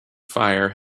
fire